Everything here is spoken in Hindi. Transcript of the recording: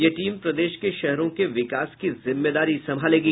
यह टीम प्रदेश के शहरों के विकास की जिम्मेदारी संभालेगी